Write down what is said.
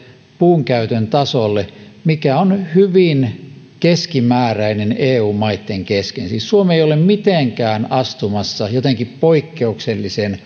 puunkäytön tasolle mikä on hyvin keskimääräinen eu maitten kesken siis suomi ei ole mitenkään astumassa jotenkin poikkeuksellisen